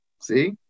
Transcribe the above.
See